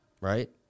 right